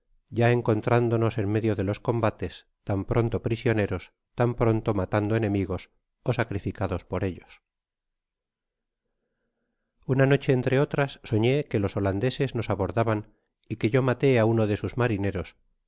ya encontrándonos en medio de los combates tan pronto prisioneros tan pronto matando enemigos ó sacrificados por ellos unanoche entre otras soñé que los holandeses nos abordaban y que yo maté á uno de sus marineros